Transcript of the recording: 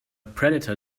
predator